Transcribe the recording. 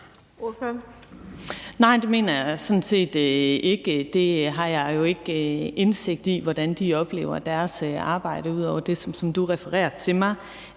Nej, det mener jeg sådan set ikke. Jeg har jo ikke indsigt i, hvordan de oplever deres arbejde, ud over det, som du refererer til mig.